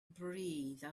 breathe